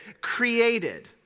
created